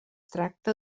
tracta